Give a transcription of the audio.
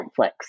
Netflix